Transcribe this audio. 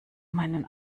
meinen